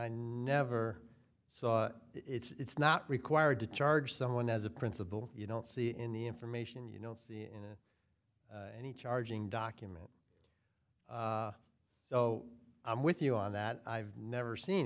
i never saw it it's not required to charge someone as a principal you don't see in the information you know see in any charging document so i'm with you on that i've never seen